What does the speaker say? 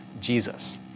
Jesus